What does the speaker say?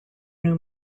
new